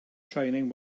training